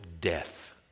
death